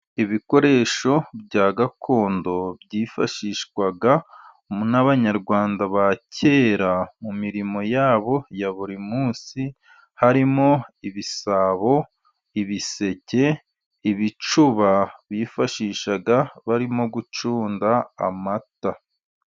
Ibikoresho bya gakondo byifashishwaga n'abanyarwanda ba kera mu mirimo yabo ya buri munsi, harimo ibisabo, ibiseke, ibicuba, bifashishaga barimo gucunda amata.